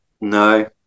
No